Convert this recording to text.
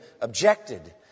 objected